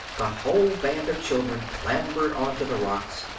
the whole band of children clambered on to the rocks,